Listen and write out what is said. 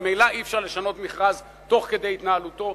ממילא אי-אפשר לשנות מכרז תוך כדי התנהלותו,